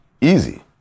easy